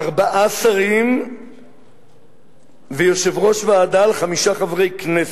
ארבעה שרים ויושב-ראש ועדה לחמישה חברי כנסת,